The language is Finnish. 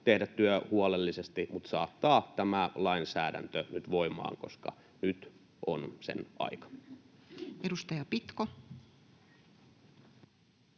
tehdä työ huolellisesti mutta saattaa tämä lainsäädäntö nyt voimaan, koska nyt on sen aika. [Speech 58]